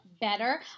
better